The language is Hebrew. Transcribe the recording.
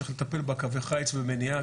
צריך לטפל בקווי החיץ והמניעה,